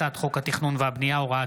הצעת חוק התפזרות הכנסת העשרים וחמש,